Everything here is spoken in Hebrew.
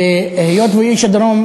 והיות שהוא איש הדרום,